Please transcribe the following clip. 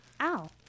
Ow